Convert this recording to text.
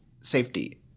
safety